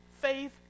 faith